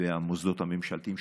והמוסדות הממשלתיים,